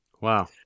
Wow